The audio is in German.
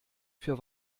für